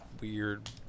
weird